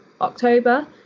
october